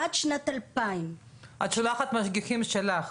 עד שנת 2000 --- את שולחת משגיחים שלך?